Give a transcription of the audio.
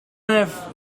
have